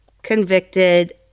Convicted